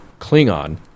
Klingon